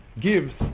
gives